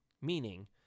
Meaning